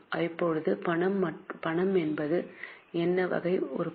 இப்போது பணம் என்பது எந்த வகை உருப்படி